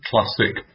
classic